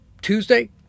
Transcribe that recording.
Tuesday